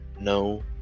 no